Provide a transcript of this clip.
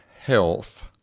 health